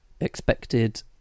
expected